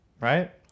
right